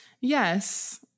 Yes